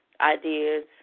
ideas